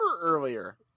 earlier